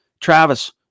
Travis